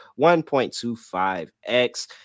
1.25x